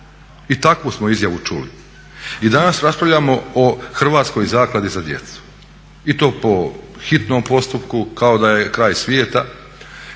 I takvu smo izjavu čuli. I danas raspravljamo o Hrvatskoj zakladi za djecu. I to po hitnom postupku kao da je kraj svijeta,